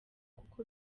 kuko